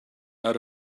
out